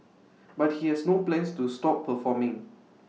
but he has no plans to stop performing